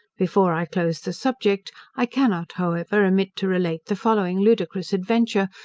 before i close the subject, i cannot, however, omit to relate the following ludicrous adventure,